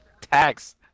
tax